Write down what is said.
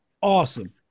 awesome